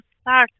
start